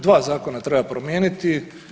Dva zakona treba promijeniti.